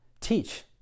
teach